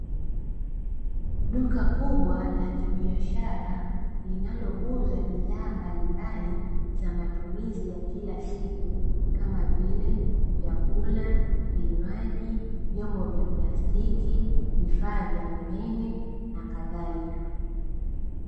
Duka kubwa la kibiashara linalouza bidhaa mbalimbali za matumizi ya kila siku, kama vile: vyakula, vinywaji, vyombo vya plastiki, vifaa vya umeme na kadhalika.